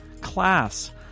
class